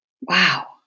Wow